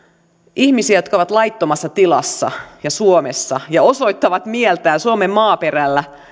ihmisiä jotka ovat laittomassa tilassa ja suomessa ja osoittavat mieltään suomen maaperällä